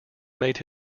made